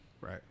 Right